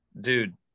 dude